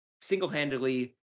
single-handedly